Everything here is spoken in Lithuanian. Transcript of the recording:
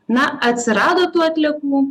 na atsirado tų atliekų